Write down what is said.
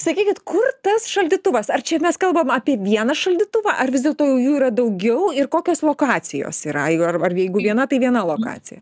sakykit kur tas šaldytuvas ar čia mes kalbam apie vieną šaldytuvą ar vis dėlto jau jų yra daugiau ir kokios lokacijos yra arba jeigu viena tai viena lokacija